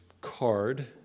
card